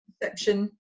perception